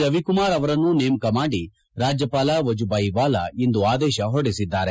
ರವಿಕುಮಾರ್ ಅವರನ್ನು ನೇಮಕ ಮಾಡಿ ರಾಜ್ಯಪಾಲ ವಜೂಬಾಯಿ ವಾಲಾ ಇಂದು ಆದೇಶ ಹೊರಡಿಸಿದ್ದಾರೆ